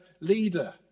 leader